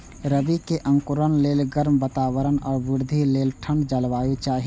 रबी के अंकुरण लेल गर्म वातावरण आ वृद्धि लेल ठंढ जलवायु चाही